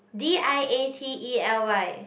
D I A T E L Y